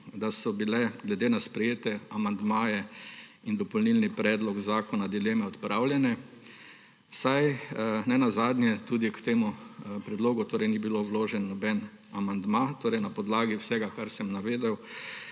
da so bile glede na sprejete amandmaje in dopolnilni predlog zakona dileme odpravljene, saj nenazadnje tudi k temu predlogu ni bil vložen noben amandma. Na podlagi vsega, ker sem navedel,